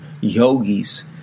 yogis